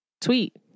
tweet